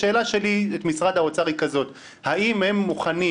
השאלה שלי את משרד האוצר היא כזאת: האם הם מוכנים